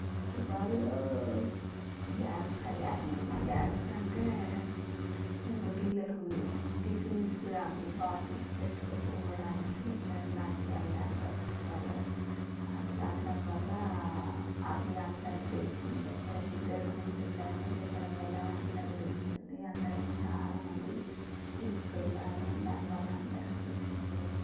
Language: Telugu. ఫస్ట్ ఆఫ్ ఆల్ బ్యాగ్స్ అల్లాను నేను బ్యాగ్స్ అంటే ఇప్పుడు పిల్లలు టిఫిన్స్ అవి బాటిల్స్ పెట్టుకుపోవడానికి ఇది అట్లాంటివి అల్లాను ఫస్ట్ ఆఫ్ ఆల్ అట్లా అల్లడం వల్ల అవి అందరికీ తెలిసింది ఒకరు ఇద్దరికి నేను చెప్పాను చెప్పడం వల్ల అది అందరికీ తెలిసింది అందరొచ్చి చాలామంది తీసుకెళ్ళారు దాని వల్ల అందరికి తెలిసింది